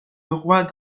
leroy